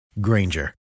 Granger